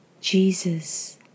Jesus